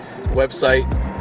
website